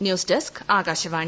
news desk Akashvani